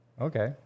Okay